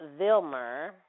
Vilmer